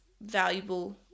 valuable